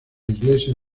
iglesia